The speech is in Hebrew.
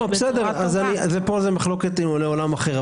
בסדר, פה זו מחלוקת לעולם אחר.